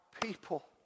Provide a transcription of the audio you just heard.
people